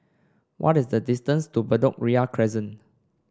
what is the distance to Bedok Ria Crescent